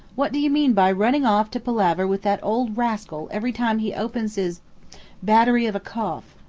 what do you mean by running off to palaver with that old rascal every time he opens his battery of a cough?